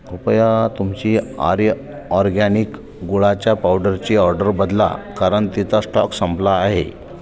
कृपया तुमची आर्य ऑरगॅनिक गुळाच्या पावडरची ऑर्डर बदला कारण तिचा श्टॉक संपला आहे